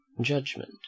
judgment